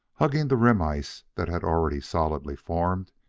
hugging the rim-ice that had already solidly formed,